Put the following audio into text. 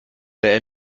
der